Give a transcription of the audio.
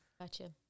Gotcha